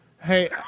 Hey